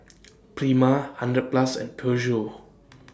Prima hundred Plus and Peugeot